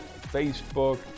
Facebook